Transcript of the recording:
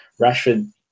Rashford